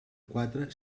quatre